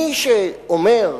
מי שאומר: